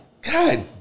God